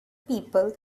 people